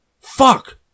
Fuck